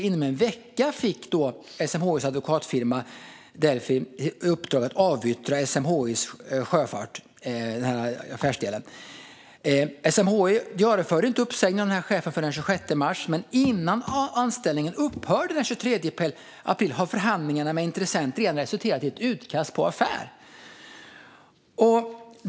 Inom en vecka därefter fick SMHI:s advokatbyrå Delphi i uppdrag att avyttra SMHI:s affärsdel Sjöfart. SMHI genomförde inte uppsägningen av chefen i fråga förrän den 26 mars, men innan anställningen upphörde den 23 april hade förhandlingar med intressenter redan resulterat i ett utkast till en affär.